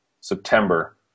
September